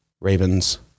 Ravens